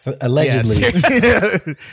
Allegedly